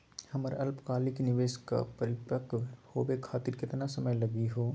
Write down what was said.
हमर अल्पकालिक निवेस क परिपक्व होवे खातिर केतना समय लगही हो?